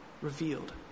revealed